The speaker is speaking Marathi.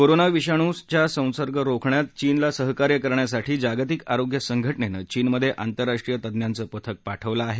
कोरोना विषाणुच्या संसर्ग रोखण्यात चीनला सहकार्य करण्यासाठी जागतिक आरोग्य संघटनेनं चीनमध्ये आंतरराष्ट्रीय तज्ञांचं पथक पाठवलं आहे